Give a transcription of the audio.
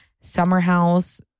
Summerhouse